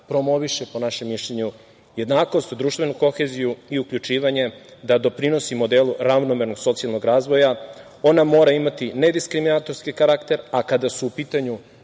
promoviše, po našem mišljenju, jednakost, društvenu koheziju i uključivanje, da doprinosi modelu ravnomernog socijalnog razvoja. Ona mora imati nediskriminatorski karakter, a kada su u pitanju